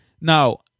Now